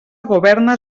governa